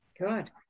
good